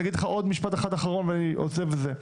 אני אגיד לך עוד משפט אחד אחרון ואני עוזב את זה,